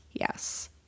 Yes